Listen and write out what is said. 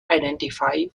identify